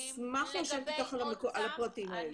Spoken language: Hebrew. -- אני אשמח לשבת איתך על הפרטים האלה.